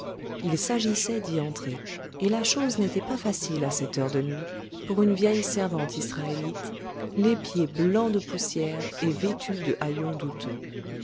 il s'agissait d'y entrer et la chose n'était pas facile à cette heure de nuit pour une vieille servante israélite les pieds blancs de poussière et vêtue de haillons douteux